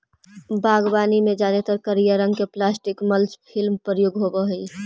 बागवानी में जादेतर करिया रंग के प्लास्टिक मल्च फिल्म प्रयोग होवऽ हई